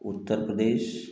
Uttar Pradesh